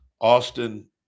Austin